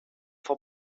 for